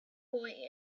boy